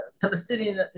Palestinian